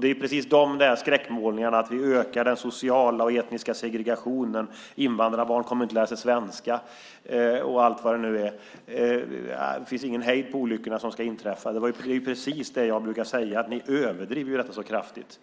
Det är skräckmålningarna att vi ökar den sociala och etniska segregationen, invandrarbarn kommer inte att lära sig svenska, och allt vad det nu är. Det finns ingen hejd på de olyckor som kommer att inträffa. Det är precis det jag brukar säga. Ni överdriver detta så kraftigt.